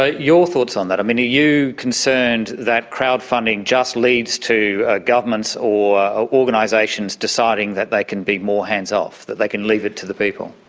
ah your thoughts on that? are and you concerned that crowd-funding just leads to governments or ah organisations deciding that they can be more hands-off, that they can leave it to the people?